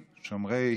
אם זה היה,